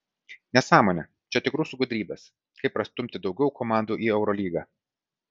nesąmonė čia tik rusų gudrybės kaip prastumti daugiau komandų į eurolygą